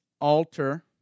altar